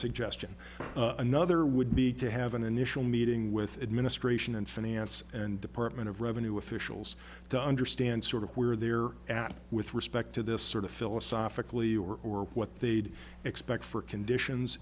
suggestion another would be to have an initial meeting with administration and finance and department of revenue officials to understand sort of where they're at with respect to this sort of philosophically or what they'd expect for conditions